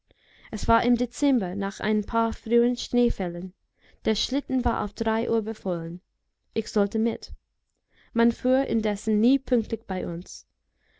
es war im dezember nach ein paar frühen schneefällen der schlitten war auf drei uhr befohlen ich sollte mit man fuhr indessen nie pünktlich bei uns